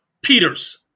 Peters